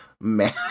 man